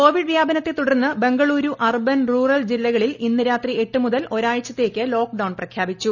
Covid വ്യാപനത്തെ തുടർന്ന് Bengaluru urban rural ജില്ലകളിൽ ഇന്ന് രാത്രി എട്ട് മുതൽ ഒരാഴ്ചത്തേക്ക് ലോക്ഡൌൺ പ്രഖ്യാപിച്ചു